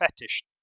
fetish